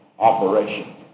operation